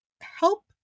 help